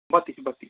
बत्तिस बत्तिस सौ